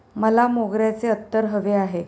मला मोगऱ्याचे अत्तर हवे आहे